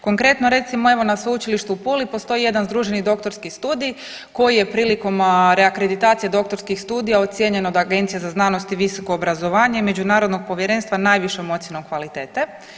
Konkretno recimo evo na Sveučilištu u Puli postoji jedan združeni doktorski studij koji je prilikom reakreditacije doktorskih studija ocijenjeno da Agencija za znanost i visoko obrazovanje međunarodnog povjerenstva najvišom ocjenom kvalitete.